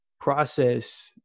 process